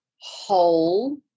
whole